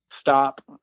stop